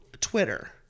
Twitter